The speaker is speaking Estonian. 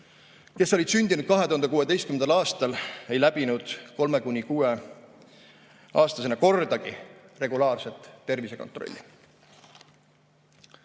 kes olid sündinud 2016. aastal, ei läbinud 3–6-aastasena kordagi regulaarset tervisekontrolli.